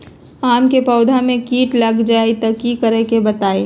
आम क पौधा म कीट लग जई त की करब बताई?